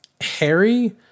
Harry